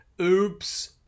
Oops